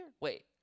Wait